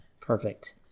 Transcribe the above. Perfect